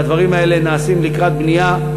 והדברים האלה נעשים לקראת בנייה,